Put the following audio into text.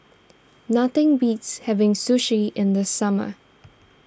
nothing beats having Sushi in the summer